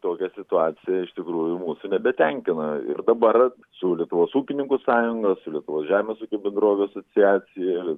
tokia situacija iš tikrųjų mūsų nebetenkina ir dabar su lietuvos ūkininkų sąjungos lietuvos žemės ūkio bendrovių asociacija ir